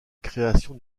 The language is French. création